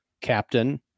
captain